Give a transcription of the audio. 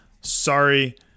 Sorry